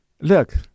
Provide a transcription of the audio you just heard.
Look